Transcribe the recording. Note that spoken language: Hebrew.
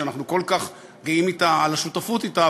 שאנחנו כל כך גאים על השותפות אתה,